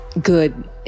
good